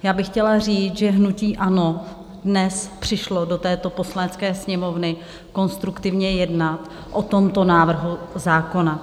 Já bych chtěla říct, že hnutí ANO dnes přišlo do této Poslanecké sněmovny konstruktivně jednat o tomto návrhu zákona.